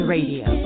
Radio